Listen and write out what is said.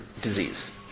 disease